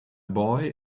boy